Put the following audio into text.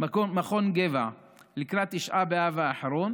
מכון גבע לקראת תשעה באב האחרון